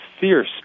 fierce